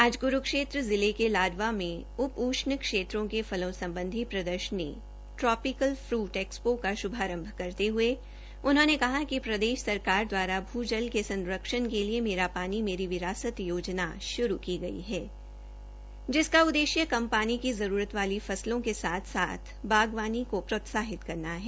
आज कुरूक्षेत्र हिले के लाडवा में उप उष्ण क्षेत्रों के फलों संबंधी प्रदर्शनी ट्रोपीकल फूट एक्सपो का शुभारंभ करते हुए उन्होंने कहा कि प्रदेश सरकार द्वारा भू जल के संरक्षण के लिए मेरा पानी मेरी विरासत योजना शुरू की गई है जिसका उद्देश्य कम पानी की जरूरत वाली फसलों के साथ साथ बागवानी को प्रोत्साहित करना है